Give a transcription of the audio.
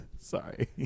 Sorry